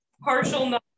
Partial